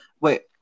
wait